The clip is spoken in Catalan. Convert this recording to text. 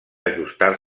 ajustar